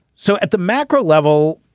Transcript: so at the macro level.